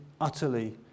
utterly